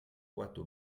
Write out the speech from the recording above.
cuarto